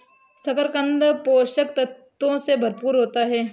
शकरकन्द पोषक तत्वों से भरपूर होता है